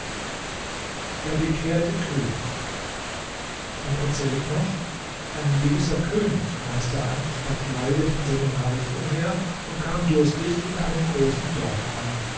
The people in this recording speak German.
der bekehrte könig man erzählt noch ein gewisser könig reiste einst verkleidet in seinem reich umher und kam durstig in einem großen dorf an